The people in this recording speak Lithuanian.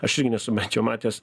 aš irgi nesu bent jau matęs